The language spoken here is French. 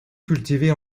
cultivée